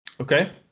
Okay